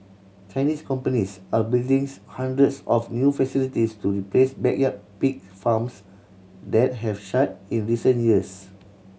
Chinese companies are buildings hundreds of new facilities to replace backyard pig farms that have shut in recent years